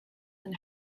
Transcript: and